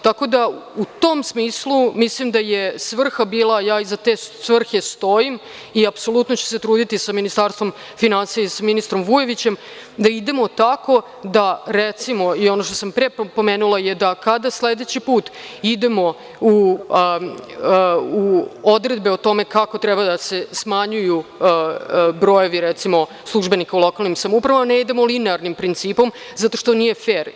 Tako da, u tom smislu, mislim da je svrha bila, ja iza te svrhe stojim i apsolutno ću se truditi sa Ministarstvom finansija i sa ministrom Vujovićem da idemo tako da, recimo, i ono što sam pre pomenula, sledeći put idemo u odredbe o tome kako treba da se smanjuju brojevi službenika u lokalnim samoupravama ne idemo linearnim principom zato što nije fer.